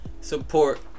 support